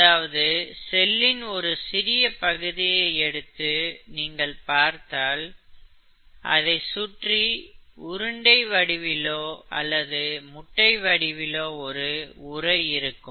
அதாவது செல்லின் ஒரு சிறிய பகுதியை எடுத்து நீங்கள் பார்த்தால் அதை சுற்றி உருண்டை வடிவிலோ அல்லது முட்டை வடிவிலோ ஒரு உறை இருக்கும்